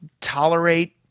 tolerate